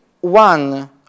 one